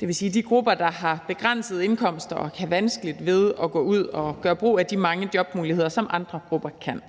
dvs. de grupper, der har begrænsede indkomster og kan have vanskeligt ved at gå ud og gøre brug af de mange jobmuligheder, som andre grupper kan.